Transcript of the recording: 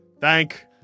Thank